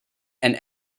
and